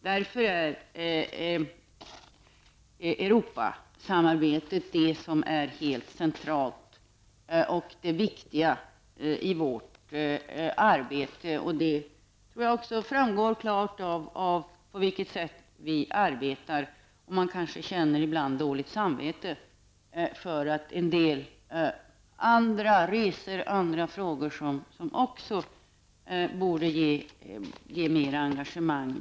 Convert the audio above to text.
Därför är Europasamarbetet det som är helt centralt och det viktiga i vårt arbete. Jag tror att det också klart framgår på vilket sätt vi arbetar. Ibland kan man få dåligt samvete. Det finns ju också en del andra resor och frågor som borde tillmätas ett större engagemang.